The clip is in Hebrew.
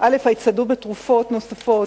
ההצטיידות בתרופות נוספות,